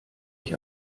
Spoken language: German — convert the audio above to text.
ich